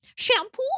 Shampoo